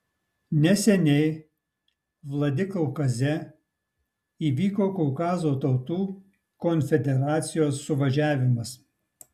neseniai vladikaukaze įvyko kaukazo tautų konfederacijos suvažiavimas